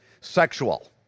sexual